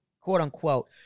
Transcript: quote-unquote